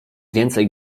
więcej